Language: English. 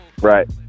Right